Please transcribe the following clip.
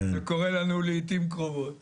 זה קורה לנו לעתים קרובות